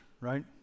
right